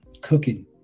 cooking